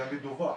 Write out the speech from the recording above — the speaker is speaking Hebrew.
זה המדווח.